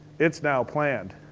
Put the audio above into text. it's now planned.